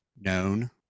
known